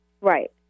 Right